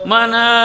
Mana